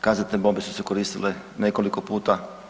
Kazetne bombe su se koristile nekoliko puta.